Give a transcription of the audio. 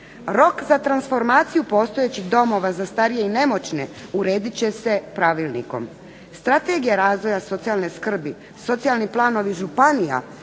Rok za transformaciju postojećih domova za starije i nemoćne uredit će se pravilnikom. Strategija razvoja socijalne skrbi, socijalni planovi županija